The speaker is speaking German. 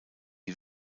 die